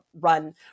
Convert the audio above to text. run